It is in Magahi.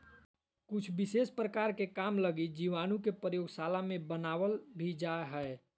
कुछ विशेष प्रकार के काम लगी जीवाणु के प्रयोगशाला मे बनावल भी जा हय